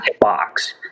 box